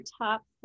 top